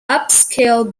upscale